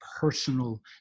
personal